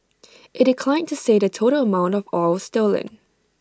IT declined to say the total amount of oil stolen